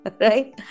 Right